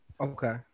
Okay